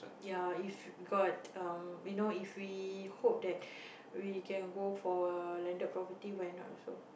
ya if got um you know if we hope that we can go for landed property why not also